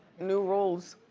new rules.